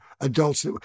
adults